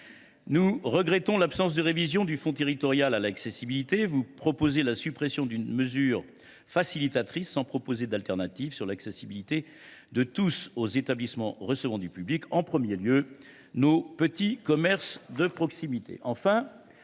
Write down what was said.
Nous regrettons l’absence de révision du Fonds territorial d’accessibilité. Vous proposez la suppression d’une mesure facilitatrice sans proposer de solution de remplacement pour permettre l’accès de tous aux établissements recevant du public, en premier lieu nos petits commerces de proximité.